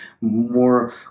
more